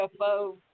UFO